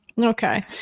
okay